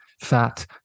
fat